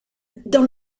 dans